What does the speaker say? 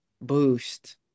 boost